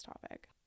topic